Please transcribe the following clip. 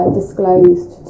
disclosed